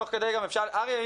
אריה,